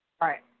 Right